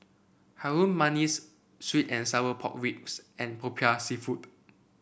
Harum Manis sweet and Sour Pork Ribs and Popiah seafood